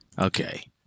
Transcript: okay